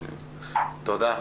תודה.